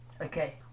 Okay